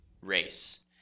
race